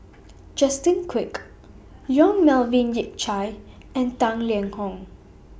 Justin Quek Yong Melvin Yik Chye and Tang Liang Hong